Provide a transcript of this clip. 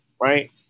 right